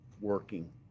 working